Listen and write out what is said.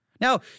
Now